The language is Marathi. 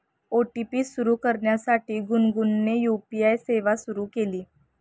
ओ.टी.पी सुरू करण्यासाठी गुनगुनने यू.पी.आय सेवा सुरू केली